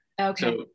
Okay